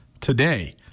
today